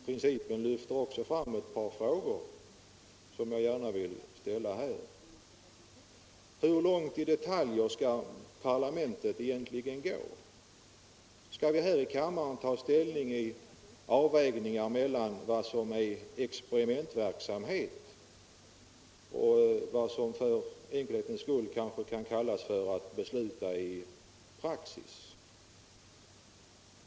Principen lyfter också fram ett par frågor som jag gärna vill ställa här: Hur långt i fråga om detaljer skall parlamentet egentligen gå? Skall vi här i kammaren ta ställning till avvägningar mellan vad som är experimentverksamhet och vad som för enkelhets skull kanske kan kallas för att besluta enligt praxis?